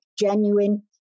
genuine